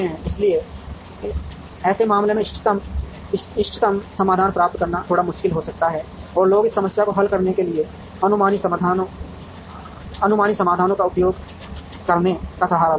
इसलिए ऐसे मामलों में इष्टतम समाधान प्राप्त करना थोड़ा मुश्किल हो सकता है और लोग इस समस्या को हल करने के लिए अनुमानी समाधानों का उपयोग करने का सहारा लेंगे